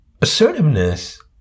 Assertiveness